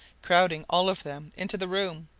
crowding, all of them, into the room,